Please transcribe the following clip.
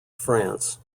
france